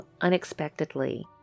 unexpectedly